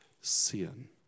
sin